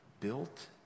built